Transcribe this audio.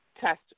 test